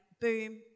boom